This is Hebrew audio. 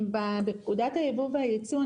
בפקודת הייבוא והייצוא,